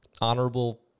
honorable